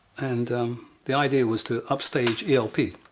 and the idea was to upstage elp,